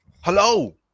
hello